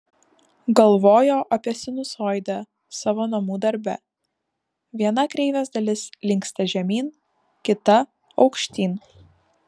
galvojo apie sinusoidę savo namų darbe viena kreivės dalis linksta žemyn kita aukštyn